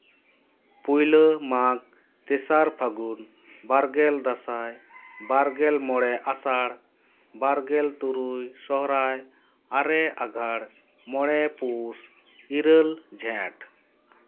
ᱯᱳᱭᱞᱳ ᱢᱟᱜᱽ ᱛᱮᱥᱟᱨ ᱯᱷᱟᱹᱜᱩᱱ ᱵᱟᱨ ᱜᱮᱞ ᱫᱟᱸᱥᱟᱭ ᱵᱟᱨ ᱜᱮᱞ ᱢᱚᱬᱮ ᱟᱥᱟᱲ ᱵᱟᱨ ᱜᱮᱞ ᱛᱩᱨᱩᱭ ᱥᱚᱦᱨᱟᱭ ᱟᱨᱮ ᱟᱸᱜᱷᱟᱲ ᱢᱚᱬᱮ ᱯᱩᱥ ᱤᱨᱟᱹᱞ ᱡᱷᱮᱸᱴ